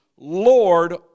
Lord